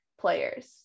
players